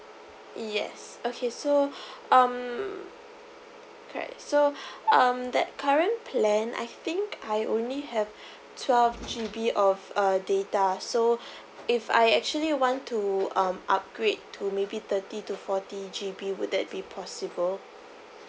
yes okay so um correct so um that current plan I think I only have twelve G_B of a data so if I actually want to um upgrade to maybe thirty to forty G_B would that be possible